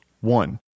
One